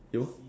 you